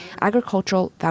agricultural